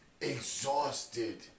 exhausted